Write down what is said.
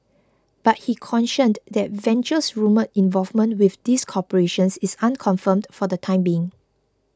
but he cautioned that Venture's rumour involvement with these corporations is unconfirmed for the time being